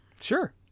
Sure